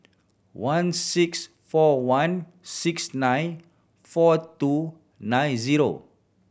one six four one six nine four two nine zero